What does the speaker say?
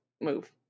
move